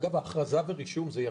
אגב, ההכרזה ברישום זה ירדני?